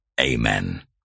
Amen